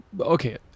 Okay